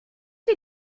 die